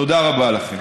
תודה רבה לכם.